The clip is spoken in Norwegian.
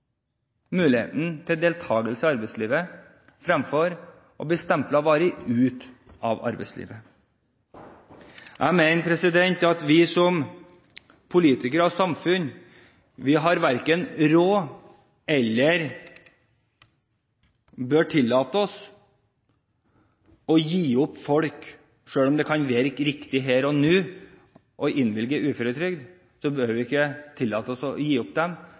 muligheten til deltakelse i arbeidslivet, fremfor å bli stemplet varig ut av arbeidslivet. Jeg mener at vi som politikere og samfunn verken har råd til eller bør tillate oss å gi opp folk. Selv om det kan virke riktig her og nå å innvilge uføretrygd, bør vi ikke tillate oss å gi dem opp.